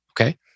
Okay